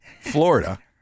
Florida